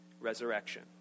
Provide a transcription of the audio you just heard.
resurrection